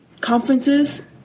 conferences